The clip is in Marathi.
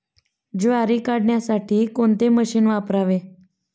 ज्वारी काढण्यासाठी कोणते मशीन वापरावे?